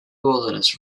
wilderness